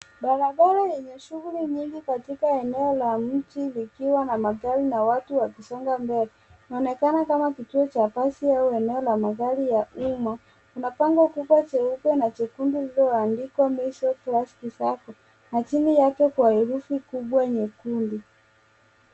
Barabara yenye shughuli nyingi katika eneo la mji likiwa na magari na watu wa kusonga mbele, inaonekana kama kituo cha basi au eneo ya magari ya umma, kuna bango kubwa jeupe na jekundu lililoandikwa Meiso Classic Sacco na chini yake kwa herufi kubwa nyekundu.